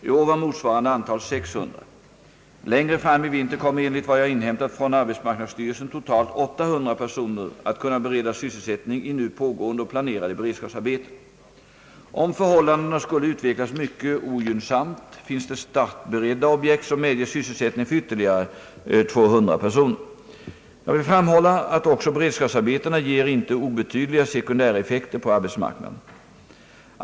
I år var motsvarande antal 600. Längre fram i vinter kommer enligt vad jag inhämtat från arbetsmarknadsstyrelsen totalt 800 personer att kunna beredas sysselsättning i nu pågående och planerade beredskapsarbeten. Om förhållandena skulle utvecklas mycket ogynnsamt finns det startberedda objekt som medger sysselsättning för ytterligare 200 personer. Jag vill framhålla att beredskapsarbetena också ger inte obetydliga sekundäreffekter på arbetsmarknaden.